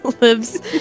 lives